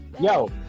yo